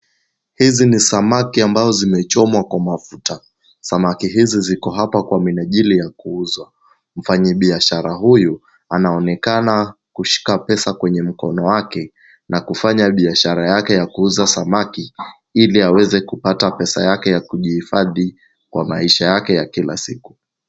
Hizi ni samaki ambao zimechomwa kwa mafuta. Samaki hizi ziko hapa kwa minajili ya kuuzwa. Mfanyibiashara huyu anaonekana kushika pesa kwenye mkono wake na kufanya biashara yake ya kuuza samaki ili aweze kupata pesa yake ya kujihifadhi kwa maisha yake ya kila siku.